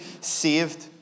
saved